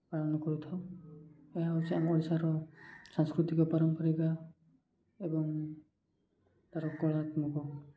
ପାଳନ କରିଥାଉ ଏହା ହେଉଛିି ଆମ ଓଡ଼ିଶାର ସାଂସ୍କୃତିକ ପାରମ୍ପରିକ ଏବଂ ତା'ର କଳାତ୍ମକ